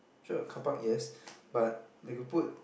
sure carpark yes but like you put